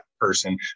person